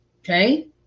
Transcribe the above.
Okay